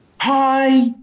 Hi